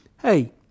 Hey